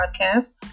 podcast